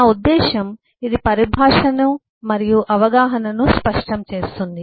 నా ఉద్దేశ్యం ఇది పరిభాషను మరియు అవగాహనను స్పష్టం చేస్తుంది